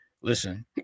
Listen